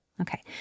Okay